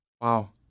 Wow